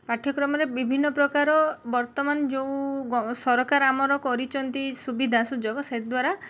ପାଠ୍ୟକ୍ରମରେ ବିଭିନ୍ନପ୍ରକାର ବର୍ତ୍ତମାନ ଯେଉଁ ସରକାର ଆମର ଆମର କରିଛନ୍ତି ସୁବିଧା ସୁଯୋଗ ସେ ଦ୍ୱାରା